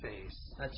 face